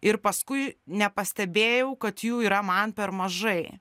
ir paskui nepastebėjau kad jų yra man per mažai